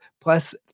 plus